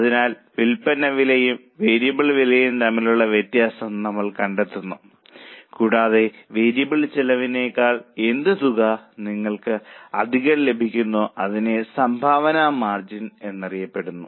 അതിനാൽ വിൽപ്പന വിലയും വേരിയബിൾ വിലയും തമ്മിലുള്ള വ്യത്യാസം നമ്മൾ കണ്ടെത്തുന്നു കൂടാതെ വേരിയബിൾ ചെലവിനേക്കാൾ എന്ത് തുക നിങ്ങൾക്ക് അധികം ലഭിക്കുന്നുവോ അത് സംഭാവന മാർജിൻ എന്നറിയപ്പെടുന്നു